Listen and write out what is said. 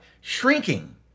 Shrinking